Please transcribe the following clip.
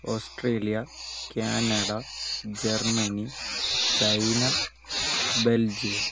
Australia Canada Germany China Belgium